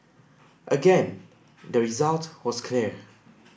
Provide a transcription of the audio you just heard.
again the result was clear